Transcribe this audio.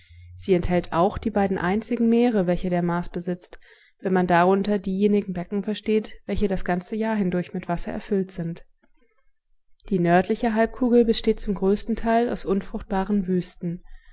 sie enthält auch die beiden einzigen meere welche der mars besitzt wenn man darunter diejenigen becken versteht welche das ganze jahr hindurch mit wasser erfüllt sind die nördliche halbkugel besteht zum größten teil aus unfruchtbaren wüsten